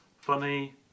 funny